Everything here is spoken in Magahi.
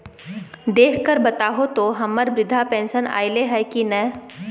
देख कर बताहो तो, हम्मर बृद्धा पेंसन आयले है की नय?